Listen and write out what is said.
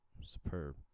superb